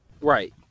Right